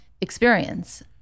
experience